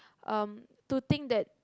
um to think that